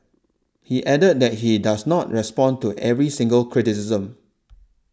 he added that he does not respond to every single criticism